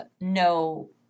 no